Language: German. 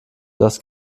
das